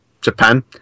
Japan